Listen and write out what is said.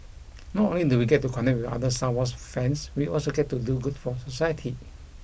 not only do we get to connect with other Star Wars fans we also get to do good for society